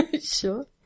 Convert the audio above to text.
sure